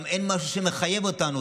גם אין משהו שמחייב אותנו.